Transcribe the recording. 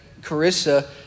Carissa